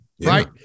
right